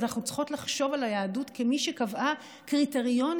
אנחנו צריכות לחשוב על היהדות כמי שקבעה קריטריונים